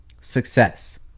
success